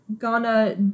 Ghana